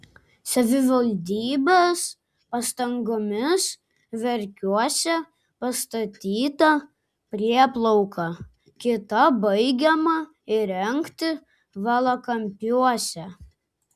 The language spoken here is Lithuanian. savivaldybės pastangomis verkiuose pastatyta prieplauka kita baigiama įrengti valakampiuose